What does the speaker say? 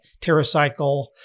TerraCycle